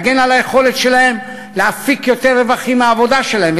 להגן על היכולת שלהם להפיק יותר רווחים מהעבודה שלהם,